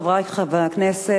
חברי חברי הכנסת,